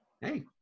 Hey